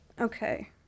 Okay